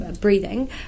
breathing